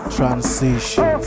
Transition